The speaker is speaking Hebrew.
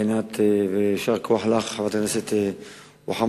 חברת הכנסת רוחמה,